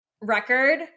record